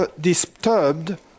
disturbed